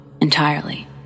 entirely